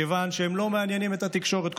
מכיוון שהם לא מעניינים כל כך את התקשורת.